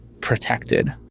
protected